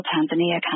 Tanzania